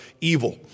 evil